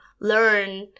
learn